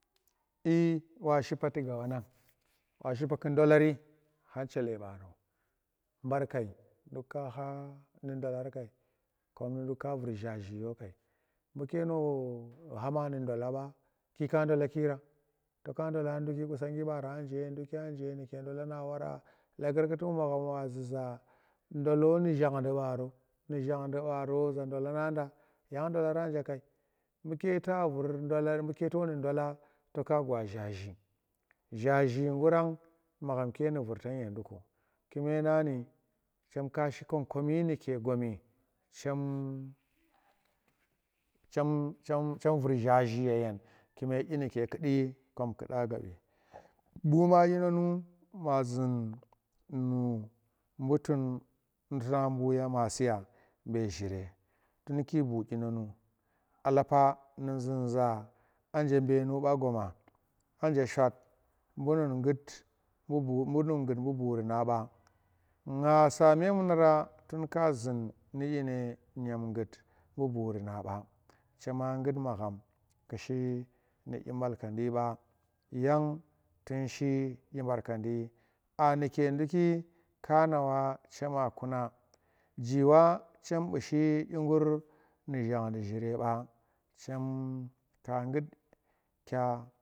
I washipa tuga wanang washi pa ku ndokiri khang chele bandu bar kai nduk ka kha nu dolari kom nduk ka vur zhaaji yor kai buke no hama nu ndola ba kika ndolakira to ka ndola nduku qusangi bara anje ndukya je nuke ndolana wara lagarkati bu magha wa zu za ndolo nu shandi baro nu shandu baro za ndolana da yang ndolara je kai buke ta vur ndula buke to nu ndola to ka gwa zhaaji, zhaaji magham ke nu vurtang yenduku kum nang chem kashi komkomi muke chem chem chem vur zhaaji yeyen dyim ku di kom kuda gabbi buu ma dyinonu wazun nu bu tunu tura bu kya masiya ve chire tunki buu dyinomu alapa nun zun za anje benu ba goma? anje shwat bu nun hut bu buuri na ba nga sa memunanra tunka yun nu dyine nu ngut buu buura ba chema nggut magham kishi nu dyi malkandi ba yang tun shi dyi barkandi aa nuke nduki ka na wa chema kuna jiwo chem bu shi dyi gur nu shandi chire ba chem ka nggut kya.